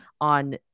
on